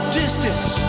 distance